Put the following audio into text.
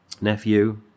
nephew